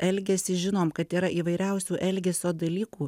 elgiasi žinom kad yra įvairiausių elgesio dalykų